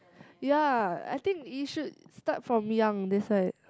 ya I think you should start from young that's why